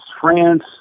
France